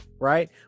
Right